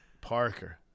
Parker